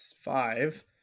five